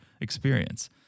experience